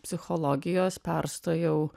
psichologijos perstojau